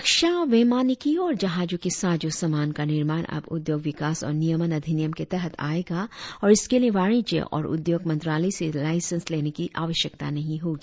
रक्षा वैमानिकी और जहाजो के साजो सामान का निर्माण अब उद्योग विकास और नियमन अधिनियम के तहत आयेगा और इसके लिए वाणिज्य और उद्योग मंत्रालय से लाइसेंस लेने की आवश्यकता नहीं होगी